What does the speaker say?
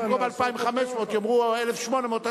במקום 2,500 יאמרו 1,800,